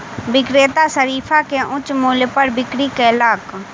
विक्रेता शरीफा के उच्च मूल्य पर बिक्री कयलक